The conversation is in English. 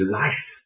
life